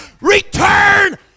Return